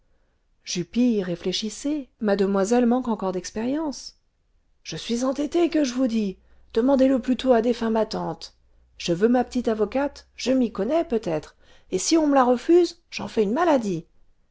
jupille réfléchissez mademoiselle manque encore d'expérience je suis entêté que je vous dis demandez-le plutôt à défunt ma tante je veux ma petite avocate je m'y connais peut-être et si on me la refuse j'en fais une maladie